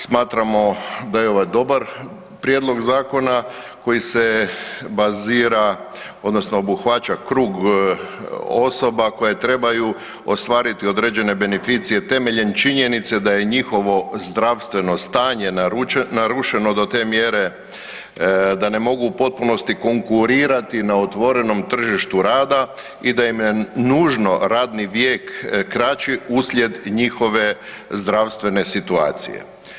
Smatramo da je ovaj dobar Prijedlog zakona koji se bazira odnosno obuhvaća krug osoba koje trebaju ostvariti određene beneficije temeljem činjenice da je njihovo zdravstveno stanje narušeno do te mjere da ne mogu u potpunosti konkurirati na otvorenom tržištu rada i da im je nužno radni vijek kraći uslijed njihove zdravstvene situacije.